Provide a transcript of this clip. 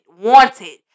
wanted